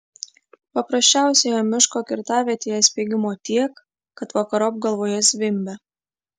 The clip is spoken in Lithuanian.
paprasčiausioje miško kirtavietėje spiegimo tiek kad vakarop galvoje zvimbia